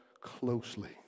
closely